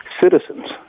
citizens